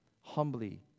humbly